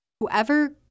whoever